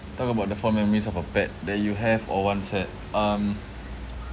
talk about the fond memories of a pet that you have or once had um